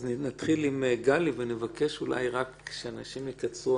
אז נתחיל עם גלי ואני אבקש שאנשים יקצרו.